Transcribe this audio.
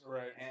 Right